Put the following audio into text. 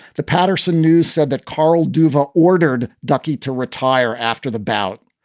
the patterson news said that carl duva ordered ducky to retire after the bout.